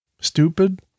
stupid